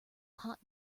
hot